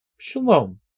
Shalom